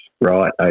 Right